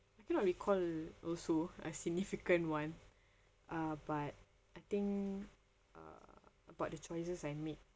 I cannot recall also a significant [one] uh but I think uh about the choices I made